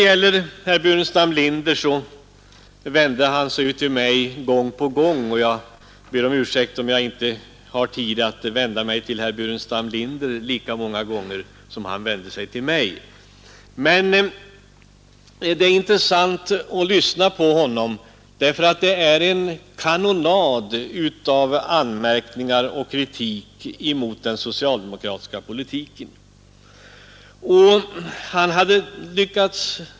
Herr Burenstam Linder vände sig till mig gång på gång, och jag ber om ursäkt om jag inte har tid att vända mig till honom lika många gånger. Det är intressant att lyssna på herr Burenstam Linder. Det är en kanonad av anmärkningar och kritik mot den socialdemokratiska politiken.